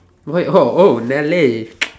why oh oh Nelly